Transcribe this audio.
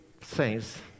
saints